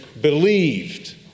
believed